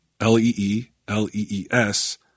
L-E-E-L-E-E-S